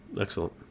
Excellent